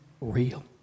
real